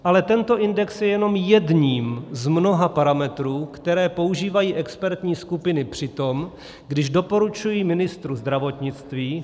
Ale tento index je jenom jedním z mnoha parametrů, které používají expertní skupiny při tom, když doporučují ministru zdravotnictví.